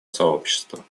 сообщества